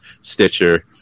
Stitcher